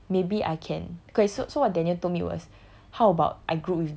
in this thought that maybe I can okay so so what daniel told me was